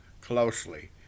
closely